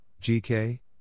GK